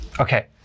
Okay